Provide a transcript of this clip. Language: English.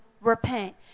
repent